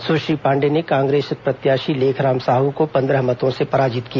सुश्री पांडेय ने कांग्रेस प्रत्याशी लेखराम साहू को पंद्रह मतों से पराजित किया